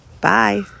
Bye